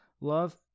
love